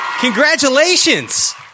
Congratulations